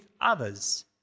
others